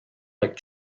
like